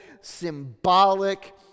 symbolic